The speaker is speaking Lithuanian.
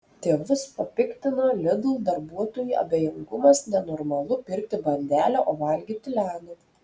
tėvus papiktino lidl darbuotojų abejingumas nenormalu pirkti bandelę o valgyti ledą